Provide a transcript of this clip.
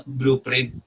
blueprint